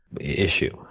issue